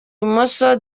ibumoso